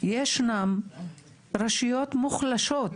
ישנן רשויות מוחלשות,